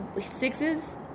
sixes